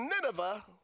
Nineveh